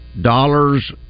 Dollars